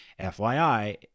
FYI